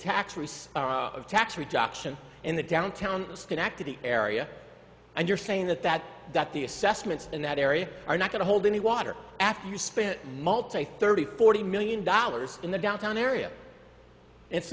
of tax reduction in the downtown schenectady area and you're saying that that that the assessments in that area are not going to hold any water after you spent multi thirty forty million dollars in the downtown area